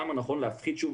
למה נכון להפחית שוב,